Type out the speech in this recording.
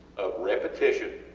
of repetition,